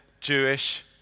Jewish